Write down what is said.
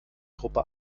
gruppe